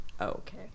okay